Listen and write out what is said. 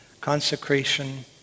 consecration